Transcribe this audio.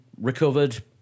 recovered